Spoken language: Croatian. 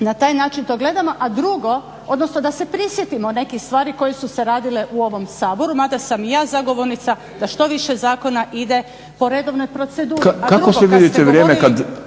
na taj način to gledamo. A drugo, odnosno da se prisjetimo nekih stvari koje su se radile u ovom Saboru mada sam i ja zagovornica da što više zakona ide po redovnoj proceduri. **Šprem, Boris (SDP)** Kako sad vidite vrijeme,